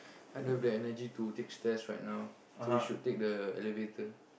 I don't have the energy to take stairs right now so we should take the elevator